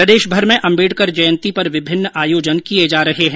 प्रदेशभर में अम्बेडकर जयंती पर विभिन्न आयोजन किए जा रहे हैं